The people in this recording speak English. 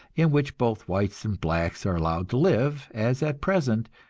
in which both whites and black are allowed to live, as at present,